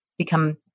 become